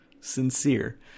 sincere